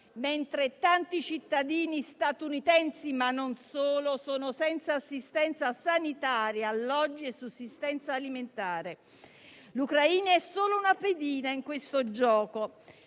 mentre tanti cittadini statunitensi - ma non solo - sono senza assistenza sanitaria, alloggi e sussistenza alimentare. L'Ucraina è solo una pedina in questo gioco,